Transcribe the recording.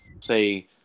say